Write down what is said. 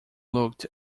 looked